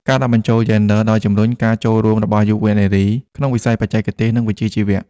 ការដាក់បញ្ចូលយេនឌ័រ ដោយជំរុញការចូលរួមរបស់យុវនារីក្នុងវិស័យបច្ចេកទេស និងវិជ្ជាជីវៈ។